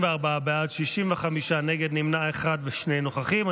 34 בעד, 65 נגד, נמנע אחד ושני נוכחים.